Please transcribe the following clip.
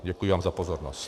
Děkuji vám za pozornost.